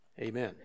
Amen